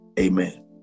Amen